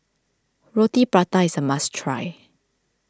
Roti Prata is a must try